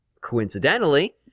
coincidentally